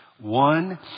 One